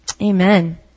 Amen